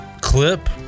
Clip